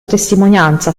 testimonianza